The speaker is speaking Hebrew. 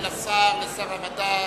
תודה לשר, שר המדע,